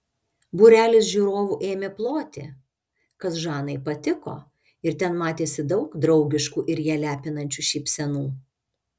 būrelis žiūrovų ėmė ploti kas žanai patiko ir ten matėsi daug draugiškų ir ją lepinančių šypsenų